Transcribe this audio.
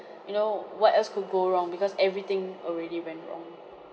you know what else could go wrong because everything already went wrong